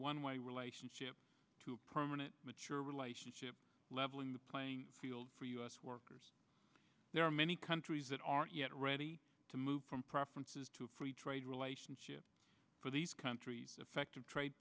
one way relationship to a permanent mature relationship leveling the playing field for u s workers there are many countries that aren't yet ready to move from preferences to free trade relationship for these countries effective trade